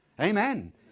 Amen